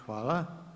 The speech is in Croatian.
Hvala.